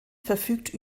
verfügt